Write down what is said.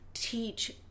Teach